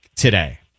today